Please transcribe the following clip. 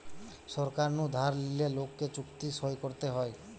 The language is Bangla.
সরকার নু ধার লিলে লোককে চুক্তি সই করতে হয়